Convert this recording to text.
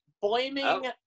blaming